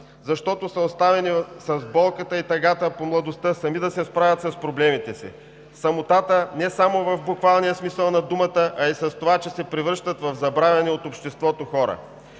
защото са оставени с болката и тъгата по младостта, сами да се справят с проблемите си, самотата не само в буквалния смисъл на думата, а и с това, че се превръщат в забравени от обществото хора,